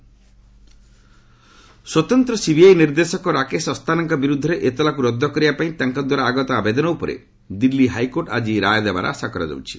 HS Asthana ସ୍ୱତନ୍ତ୍ର CBI ନିର୍ଦ୍ଦେଶକ ରାକେଶ ଅସ୍ତାନାଙ୍କ ବିରୁଦ୍ଧରେ ଏତଲାକୁ ରଦ୍ଦ କରିବା ପାଇଁ ତାଙ୍କ ଦ୍ୱାରା ଆଗତ ଆବେଦନ ଉପରେ ଦିଲ୍ଲୀ ହାଇକୋର୍ଟ ଆକ୍ଟି ରାୟ ଦେବାର ଆଶା କରାଯାଉଛି